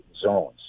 zones